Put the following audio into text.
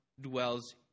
dwells